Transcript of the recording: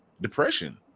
depression